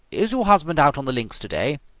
is your husband out on the links today?